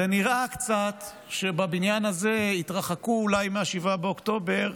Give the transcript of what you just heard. זה נראה קצת שבבניין הזה התרחקו אולי מ-7 באוקטובר,